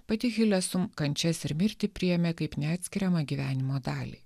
pati hilesum kančias ir mirtį priėmė kaip neatskiriama gyvenimo dalį